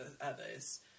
others